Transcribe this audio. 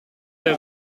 der